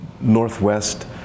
northwest